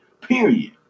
period